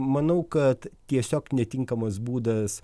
manau kad tiesiog netinkamas būdas